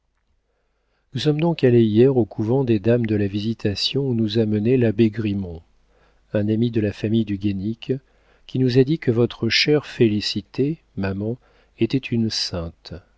nous sommes donc allés hier au couvent des dames de la visitation où nous a menés l'abbé grimont un ami de la famille du guénic qui nous a dit que votre chère félicité maman était une sainte